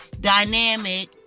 dynamic